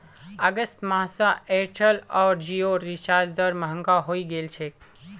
अगस्त माह स एयरटेल आर जिओर रिचार्ज दर महंगा हइ गेल छेक